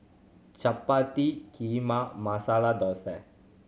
Chapati Kheema and Masala Dosa